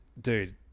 Dude